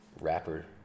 rapper